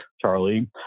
Charlie